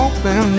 Open